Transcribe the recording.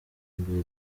mbere